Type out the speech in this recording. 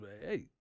Hey